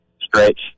stretch